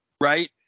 right